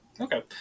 okay